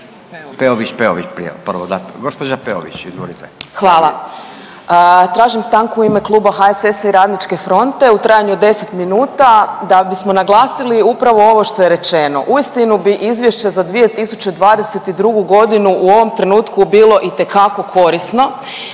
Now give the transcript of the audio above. Peović, Peović prije, prvo da, gđa. Peović izvolite. **Peović, Katarina (RF)** Hvala. Tražim stanku u ime Kluba HSS-a i RF-a u trajanju od 10 minuta da bismo naglasili upravo ovo što je rečeno, uistinu bi izvješće za 2022.g. u ovom trenutku bilo itekako korisno.